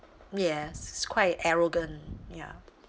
yes quite arrogant ya